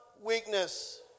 weakness